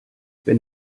wenn